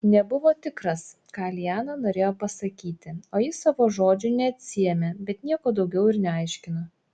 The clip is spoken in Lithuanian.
nebuvo tikras ką liana norėjo pasakyti o ji savo žodžių neatsiėmė bet nieko daugiau ir neaiškino